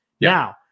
Now